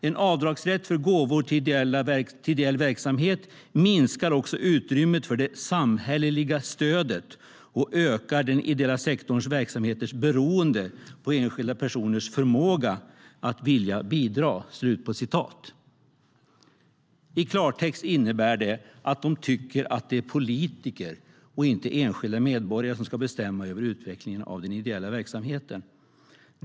En avdragsrätt för gåvor till ideell verksamhet minskar också utrymmet för det samhälleliga stödet och ökar den ideella sektorns verksamheters beroende av enskilda personers förmåga och vilja att bidra." I klartext innebär det att de tycker att det är politiker och inte enskilda människor som ska bestämma över utvecklingen av den ideella verksamheten.